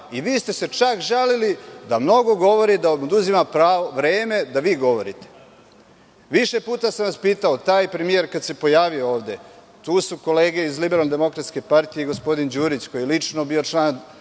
a vi ste se čak žalili da mnogo govori, da vam oduzima vreme da vi govorite. Više puta sam vas pitao, taj premijer kada se pojavio ovde, tu su kolege iz LDP i gospodin Đurić koji je lično bio član